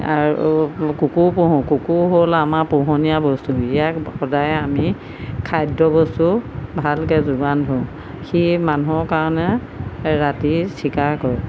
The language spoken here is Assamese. আৰু কুকুৰো পোহোঁ কুকুৰ হ'ল আমাৰ পোহনীয়া বস্তু ইয়াক সদায় আমি খাদ্যবস্তু ভালকৈ যোগান ধৰোঁ সি মানুহৰ কাৰণে ৰাতি চিকাৰ কৰে